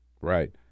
Right